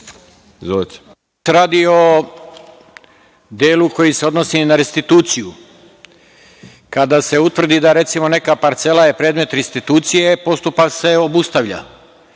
Radi se o delu koji se odnosi na restituciju. Kada se utvrdi da je recimo neka parcela predmet restitucije postupak se obustavlja.